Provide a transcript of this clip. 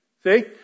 See